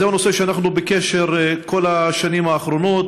זה נושא שאנחנו בקשר כל השנים האחרונות.